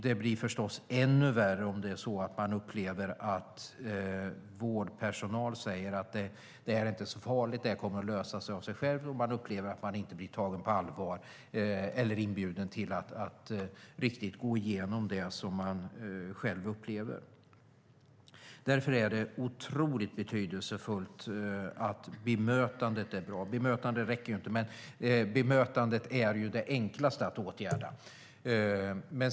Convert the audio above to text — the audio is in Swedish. Det blir förstås ännu värre om man upplever att vårdpersonal säger att det inte är så farligt och att det kommer att lösa sig av sig självt, att man upplever att man inte blir tagen på allvar eller inbjuden till att riktigt gå igenom det man själv upplever. Därför är det otroligt betydelsefullt att bemötandet blir bra. Det räcker inte bara med bemötandet, men bemötandet är det enklaste att åtgärda.